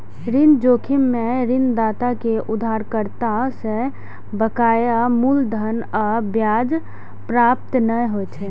ऋण जोखिम मे ऋणदाता कें उधारकर्ता सं बकाया मूलधन आ ब्याजक प्राप्ति नै होइ छै